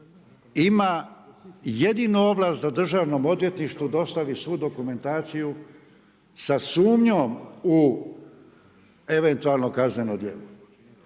ima jedino ovlast da Državnom odvjetništvu dostavi svu dokumentaciju sa sumnjom u eventualno kazneno djelo.